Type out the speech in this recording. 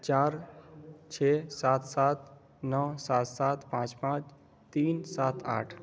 چار چھ سات سات نو سات سات پانچ پانچ تین سات آٹھ